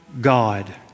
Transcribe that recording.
God